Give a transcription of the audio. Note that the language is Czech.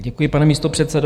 Děkuji, pane místopředsedo.